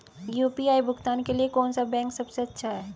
UPI भुगतान के लिए कौन सा बैंक सबसे अच्छा है?